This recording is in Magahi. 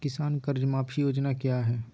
किसान कर्ज माफी योजना क्या है?